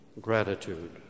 gratitude